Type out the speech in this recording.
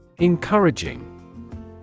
Encouraging